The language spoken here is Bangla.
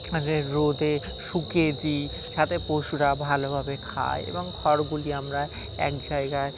আগে রোদে শুকিয়ে দিই যাতে পশুরা ভালোভাবে খায় এবং খড়গুলি আমরা এক জায়গায়